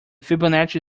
fibonacci